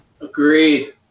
Agreed